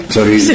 Sorry